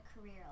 career